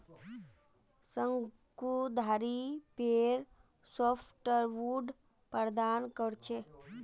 शंकुधारी पेड़ सॉफ्टवुड प्रदान कर छेक